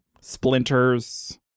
Splinters